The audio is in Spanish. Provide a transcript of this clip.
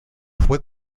fue